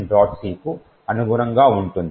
c కు అనుగుణంగా ఉంటుంది